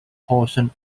portion